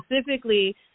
specifically